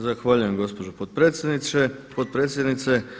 Zahvaljujem gospođo potpredsjednice.